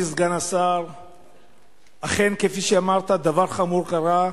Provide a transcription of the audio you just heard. אתה תענה לכולם.